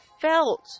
felt